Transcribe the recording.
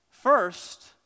First